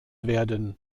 werden